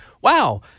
Wow